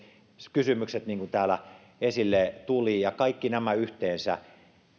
kysymykset niin kuin täällä esille tuli kun kaikki nämä yhteensä